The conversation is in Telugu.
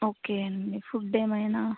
ఓకే అండి ఫుడ్ ఏమైనా